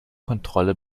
kontrolle